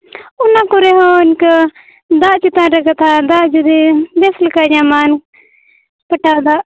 ᱚᱱᱟ ᱠᱚᱨᱮ ᱦᱚᱸ ᱤᱱᱠᱟᱹ ᱫᱟᱜ ᱪᱮᱛᱟᱱ ᱨᱮ ᱠᱟᱛᱷᱟ ᱫᱟᱜ ᱡᱩᱫᱤ ᱵᱮᱥ ᱞᱮᱠᱟᱭ ᱧᱟᱢᱟ ᱯᱟᱴᱟᱜ ᱫᱟᱜ